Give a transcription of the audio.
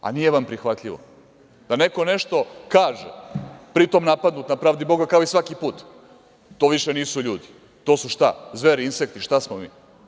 Da neko nešto kaže, pri tom napadnut na pravdi boga, kao i svaki put, to više nisu ljudi, to su šta - zveri, insekti, šta smo mi?